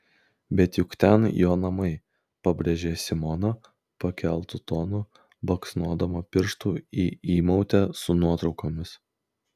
bet juk ten jo namai pabrėžė simona pakeltu tonu baksnodama pirštu į įmautę su nuotraukomis